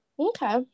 Okay